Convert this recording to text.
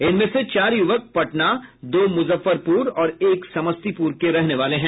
इनमें से चार युवक पटना दो मुजफ्फरपुर और एक समस्तीपुर के रहने वाले हैं